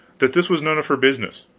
that this was none of her business.